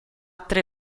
tre